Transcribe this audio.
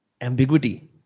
ambiguity